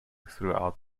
throughout